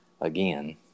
again